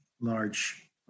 large